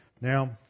Now